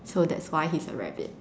so that's why he's a rabbit